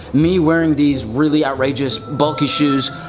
me wearing these really outrageous, bulky shoes,